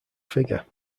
figure